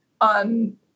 on